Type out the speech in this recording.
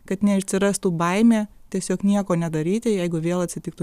kad neatsirastų baimė tiesiog nieko nedaryti jeigu vėl atsitiktų